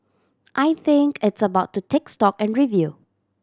I think it's about to take stock and review